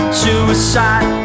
suicide